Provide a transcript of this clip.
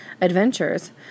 adventures